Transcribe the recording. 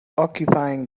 occupying